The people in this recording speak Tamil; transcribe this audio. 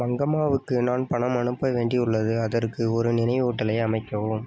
மங்கம்மாவுக்கு நான் பணம் அனுப்ப வேண்டியுள்ளது அதற்கு ஒரு நினைவூட்டலை அமைக்கவும்